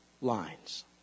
lines